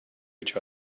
each